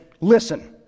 Listen